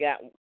got